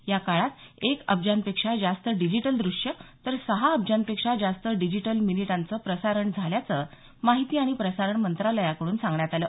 या काळात एक अब्जांपेक्षा जास्त डिजिटल द्रश्य तर सहा अब्जापेक्षा जास्त डिजिटल मिनिटांचं प्रसारण झाल्याचं माहिती आणि प्रसारण मंत्रालयाकडून सांगण्यात आलं